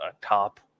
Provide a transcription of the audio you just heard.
top